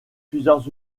plusieurs